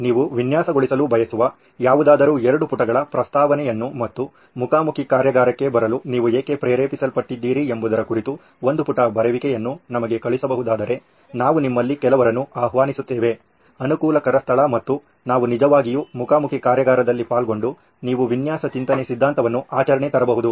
ನೀವು ವಿನ್ಯಾಸಗೊಳಿಸಲು ಬಯಸುವ ಯಾವುದಾದರೂ 2 ಪುಟಗಳ ಪ್ರಸ್ತಾವನೆಯನ್ನು ಮತ್ತು ಮುಖಾಮುಖಿ ಕಾರ್ಯಾಗಾರಕ್ಕೆ ಬರಲು ನೀವು ಏಕೆ ಪ್ರೇರೇಪಿಸಲ್ಪಟ್ಟಿದ್ದೀರಿ ಎಂಬುದರ ಕುರಿತು ಒಂದು ಪುಟ ಬರೆಯುವಿಕೆಯನ್ನು ನಮಗೆ ಕಳುಹಿಸಬಹುದಾದರೆ ನಾವು ನಿಮ್ಮಲ್ಲಿ ಕೆಲವರನ್ನು ಆಹ್ವಾನಿಸುತ್ತೇವೆ ಅನುಕೂಲಕರ ಸ್ಥಳ ಮತ್ತು ನಾವು ನಿಜವಾಗಿಯೂ ಮುಖಾ ಮುಖಿ ಕಾರ್ಯಾಗಾರದಲ್ಲಿ ಪಾಲ್ಗೊಂಡು ನೀವು ವಿನ್ಯಾಸ ಚಿಂತನೆ ಸಿದ್ಧಾಂತವನ್ನು ಆಚರಣೆ ತರಬಹುದು